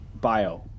bio